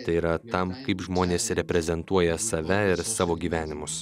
tai yra tam kaip žmonės reprezentuoja save ir savo gyvenimus